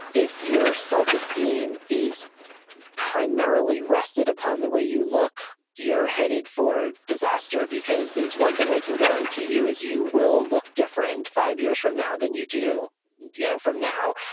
if your self esteem is primarily rested upon the way you look, you're headed for disaster. because there's one thing i can guarantee you is you will look different five years from now than you do you know from now.